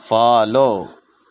follow